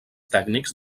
tècnics